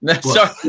Sorry